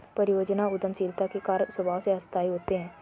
परियोजना उद्यमशीलता के कार्य स्वभाव से अस्थायी होते हैं